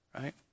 right